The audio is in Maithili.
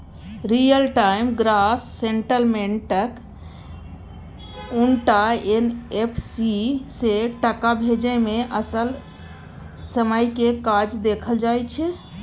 रियल टाइम ग्रॉस सेटलमेंटक उनटा एन.एफ.टी सँ टका भेजय मे असल समयक काज देखल जाइ छै